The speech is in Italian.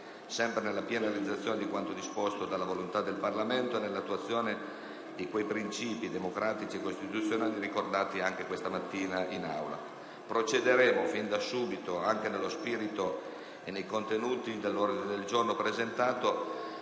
sempre nella piena realizzazione di quanto disposto dalla volontà del Parlamento e in attuazione di quei princìpi democratici e costituzionali ricordati anche questa mattina in Aula. Procederemo fin da subito anche nello spirito e nei contenuti dell'ordine del giorno G100,